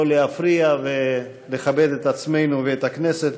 לא להפריע ולכבד את עצמנו ואת הכנסת,